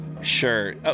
Sure